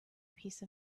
piece